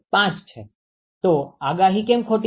5 છે તો આગાહી કેમ ખોટી છે